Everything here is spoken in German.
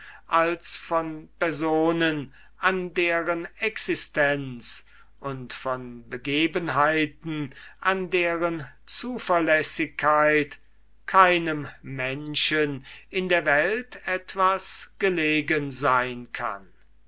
als von personen an deren existenz und von begebenheiten an deren zuverlässigkeit keinem menschen in der welt etwas gelegen sein kann